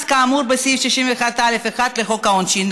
כאמור בסעיף 61(א)(1) לחוק העונשין'".